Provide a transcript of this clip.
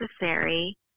necessary